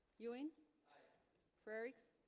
ewing frerichs